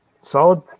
Solid